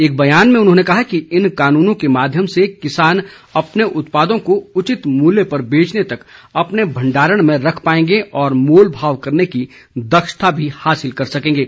एक बयान में उन्होंने कहा कि इन कानूनों के माध्यम से किसान अपने उत्पादों को उचित मूल्य पर बेचने तक अपने भंडारण में रख पाएंगे और मोल भाव करने की दक्षता भी हासिल कर सकेंगे